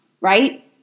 right